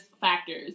factors